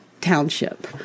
Township